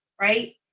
right